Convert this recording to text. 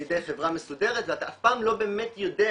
זה לא על ידי חברה מסודרת ואתה אף פעם לא באמת יודע,